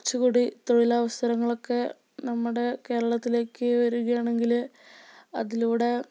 കുറച്ചും കൂടി തൊഴിലവസരങ്ങളൊക്കെ നമ്മുടെ കേരളത്തിലേക്ക് വരികയാണെങ്കില് അതിലൂടെ